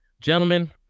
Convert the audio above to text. Gentlemen